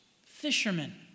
fishermen